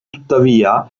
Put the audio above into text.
tuttavia